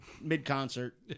mid-concert